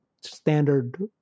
standard